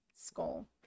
skull